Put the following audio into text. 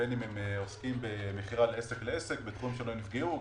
בין אם הם עוסקים במכירה מעסק לעסק או בתחומים שלא נפגעו.